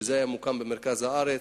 שזה היה מוקם במרכז הארץ,